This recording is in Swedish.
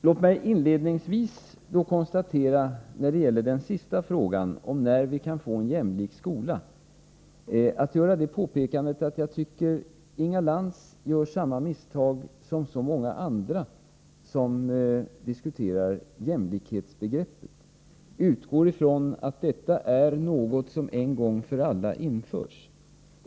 Låt mig inledningsvis, då det gäller frågan om när vi kan få en jämlik skola, göra det påpekandet att Inga Lantz begår samma misstag som så många andra som diskuterar jämlikhetsbegreppet. Hon utgår från att detta är något som en gång för alla införts.